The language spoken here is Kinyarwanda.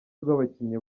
rw’abakinnyi